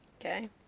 Okay